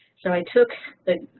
so i took the